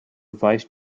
vice